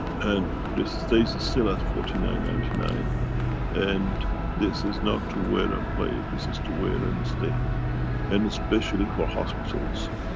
and this stays still at forty nine point nine nine and this is not to wear and play, this is to wear and stay. and, especially for hospitals.